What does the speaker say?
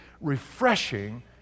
refreshing